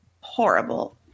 horrible